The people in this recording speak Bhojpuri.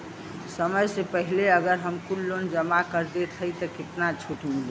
समय से पहिले अगर हम कुल लोन जमा कर देत हई तब कितना छूट मिली?